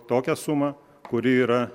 tokią sumą kuri yra